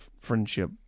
friendship